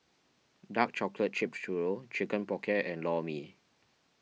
Dark Chocolate chip Churro Chicken Pocket and Lor Mee